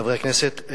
חברי הכנסת,